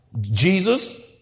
Jesus